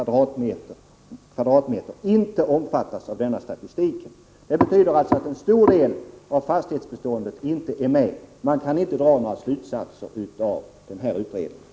eller 10 Igh utesluts ur SCB:s statistik.” Det betyder alltså att en stor del av fastighetsbeståndet inte är med som underlag i utredningen, och man kan därför inte dra några slutsatser av den.